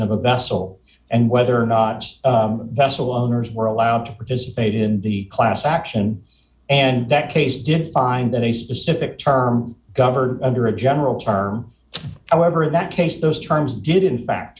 of a vessel and whether or not the bessel owners were allowed to participate in the class action and that case defined a specific term governor under a general term however in that case those terms did in fact